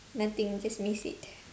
nothing just miss it